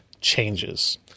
changes